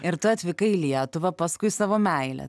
ir tu atvykai į lietuvą paskui savo meilę